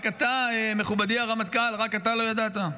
רק אתה, מכובדי הרמטכ"ל, רק אתה לא ידעת?